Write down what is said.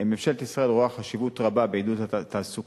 ממשלת ישראל רואה חשיבות רבה בעידוד תעסוקת